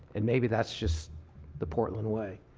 and maybe that's just the portland way.